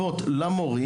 (מחיאות כפיים) רופא למה?